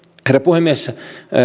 herra puhemies